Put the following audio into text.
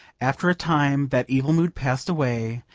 after a time that evil mood passed away,